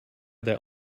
that